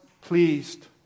pleased